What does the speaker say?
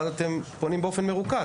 ואז אתם פונים באופן מרוכז.